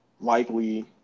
likely